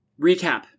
recap